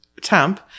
temp